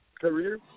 career